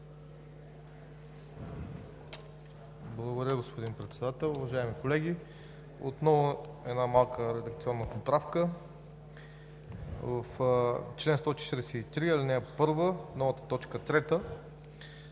Благодаря, господин Председател. Уважаеми колеги, отново една малка редакционна поправка – в чл. 143, ал. 1, новата т. 3